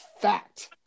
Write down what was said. fact